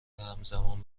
همزمان